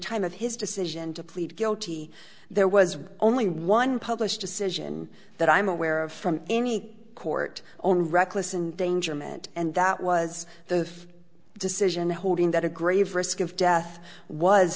time of his decision to plead guilty there was only one published decision that i'm aware of from any court own reckless endangerment and that was the decision holding that a grave risk of death was